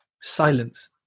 silence